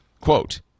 quote